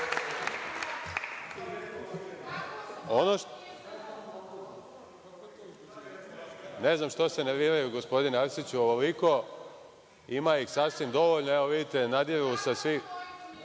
znam zašto se nerviraju, gospodine Arsiću, ovoliko, ima ih sasvim dovoljno. Evo, vidite, nadiru sa svih